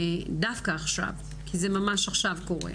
דווקא עכשיו כי זה ממש עכשיו קורה.